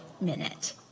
minute